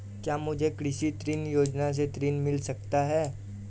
क्या मुझे कृषि ऋण योजना से ऋण मिल सकता है?